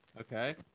Okay